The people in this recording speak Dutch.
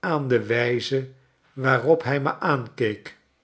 aan de wijze waarop hij me aankeek